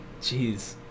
Jeez